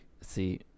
See